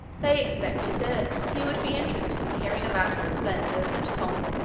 they expected that he would be interested in hearing about the splendors, and pomp,